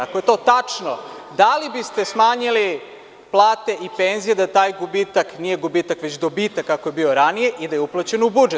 Ako je to tačno, da li biste smanjili plate i penzije da taj gubitak nije gubitak već dobitak, kako je bio ranije i da je uplaćen u budžet?